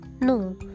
No